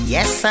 Yes